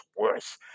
worse